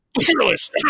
fearless